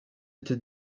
été